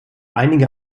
einige